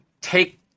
take